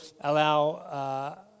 allow